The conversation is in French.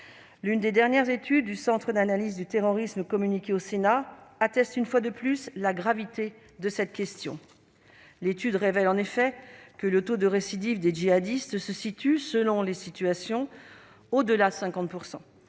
L'une des dernières études du Centre d'analyse du terrorisme communiquée au Sénat atteste une fois de plus la gravité de cette question. Elle révèle en effet que le taux de récidive des djihadistes se situe, selon les situations, au-delà de 50